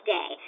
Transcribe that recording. Day